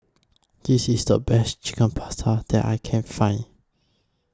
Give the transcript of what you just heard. This IS The Best Chicken Pasta that I Can Find